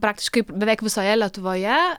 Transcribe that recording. praktiškai beveik visoje lietuvoje